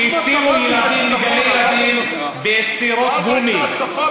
שבו הוציאו ילדים מגני ילדים בסירות גומי,